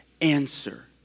answer